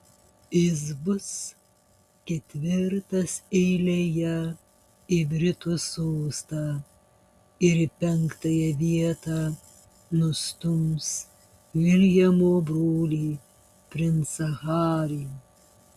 jis bus ketvirtas eilėje į britų sostą ir į penktąją vietą nustums viljamo brolį princą harį